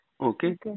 Okay